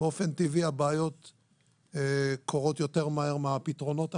באופן טבעי, הבעיות קורות יותר מהר מהפתרונות.